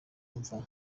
mva